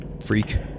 freak